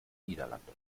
niederlande